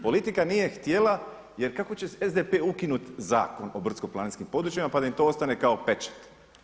Politika nije htjela jer kako će SDP ukinuti Zakon o brdsko-planinskim područjima pa da im to ostane kao pečat.